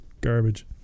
garbage